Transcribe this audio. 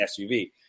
SUV